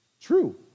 True